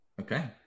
Okay